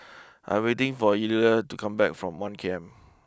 I'm waiting for Eulalie to come back from one K M